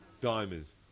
diamonds